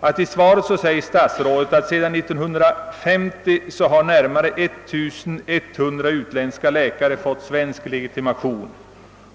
att statsrådet i svaret säger att sedan 1930 närmare 1100 utländska läkare har fått svensk legitimation.